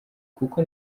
kuko